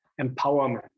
empowerment